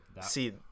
See